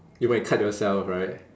you might cut yourself right